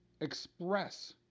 express